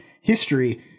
history